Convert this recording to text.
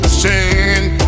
sing